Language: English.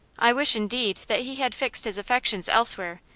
i wish, indeed, that he had fixed his affections elsewhere,